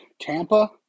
Tampa